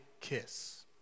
kiss